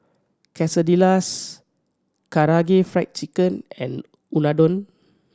Quesadillas Karaage Fried Chicken and Unadon